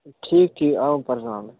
ٹھیٖک ٹھیٖک آوُم پرٛزناونہٕ